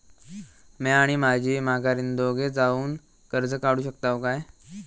म्या आणि माझी माघारीन दोघे जावून कर्ज काढू शकताव काय?